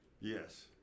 Yes